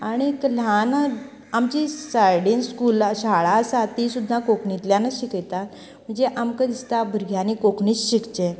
आनीक ल्हान आमचीं सायडीन स्कुलां शाळां आसा ती सुद्दां कोंकणींतल्यानच शिकयतात जी आमकां दिसता भुरग्यांनी कोंकणीच शिकचे